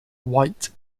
white